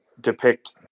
depict